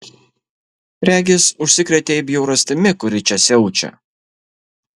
regis užsikrėtei bjaurastimi kuri čia siaučia